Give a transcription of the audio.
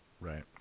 Right